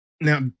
Now